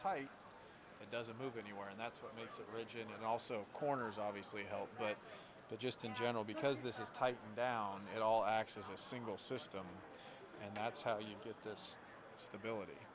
tight it doesn't move anywhere and that's what makes it region and also corners obviously help but just in general because this is tightened down at all acts as a single system and that's how you get this stability